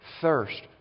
thirst